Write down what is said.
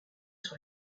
sur